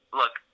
look